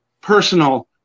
personal